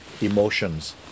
Emotions